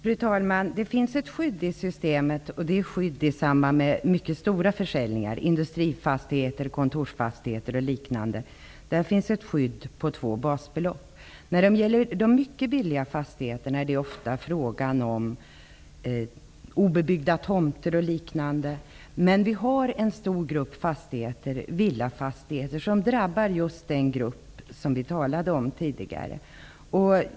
Fru talman! Det finns ett skydd i systemet. Det är ett skydd i samband med stora försäljningar, t.ex. industrifastigheter och kontorsfastigheter. Det skyddet är på två basbelopp. När det gäller de mycket billiga fastigheterna är det ofta fråga om obebyggda tomter och liknande. Men det finns en stor mängd villafastigheter som drabbar just den grupp vi talade om tidigare.